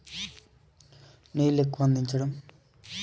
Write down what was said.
అగ్గి తెగులుకు సమగ్ర నివారణ చర్యలు ఏంటివి?